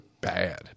bad